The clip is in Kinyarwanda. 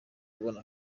kubona